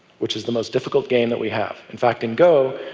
which is the most difficult game that we have. in fact, in go,